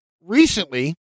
recently